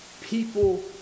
People